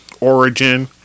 origin